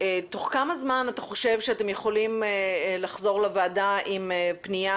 תוך כמה זמן אתה חושב שאתם יכולים לחזור לוועדה עם פנייה